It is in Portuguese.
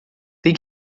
tem